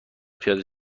پیاده